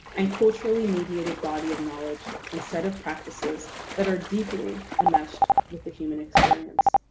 and culturally-mediated body of knowledge and set of practices that are deeply enmeshed with the human experience.